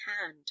hand